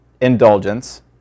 indulgence